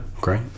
great